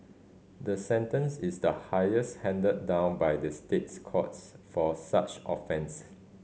the sentence is the highest handed down by the State Courts for such offences